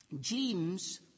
James